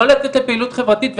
לא לצאת לפעילות חברתית,